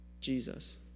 Jesus